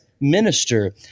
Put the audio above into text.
minister